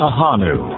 Ahanu